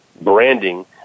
branding